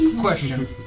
Question